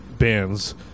bands